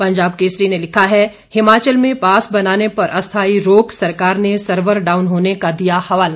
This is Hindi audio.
पंजाब केसरी ने लिखा है हिमाचल में पास बनाने पर अस्थाई रोक सरकार ने सर्वर डाउन होने का दिया हवाला